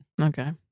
Okay